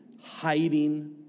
hiding